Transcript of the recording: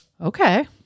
okay